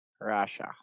Russia